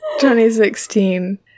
2016